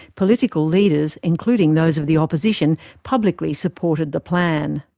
political leaders, including those of the opposition, publicly supported the plan.